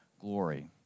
glory